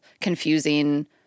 confusing